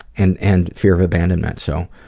and and fear of abandonment. so